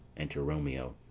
enter romeo.